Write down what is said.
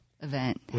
event